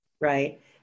Right